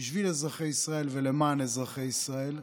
בשביל אזרחי ישראל ולמען אזרחי ישראל,